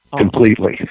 completely